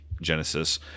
Genesis